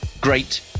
great